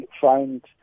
find